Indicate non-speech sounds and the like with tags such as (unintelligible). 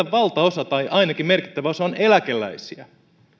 (unintelligible) valtaosa tai ainakin merkittävä osa on eläkeläisiä